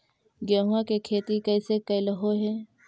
गेहूआ के खेती कैसे कैलहो हे?